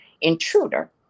intruder